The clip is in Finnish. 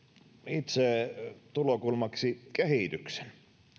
itse tulokulmaksi kehityksen